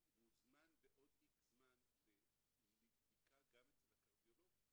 ומוזמן בעוד X זמן לבדיקה גם אצל הקרדיולוג,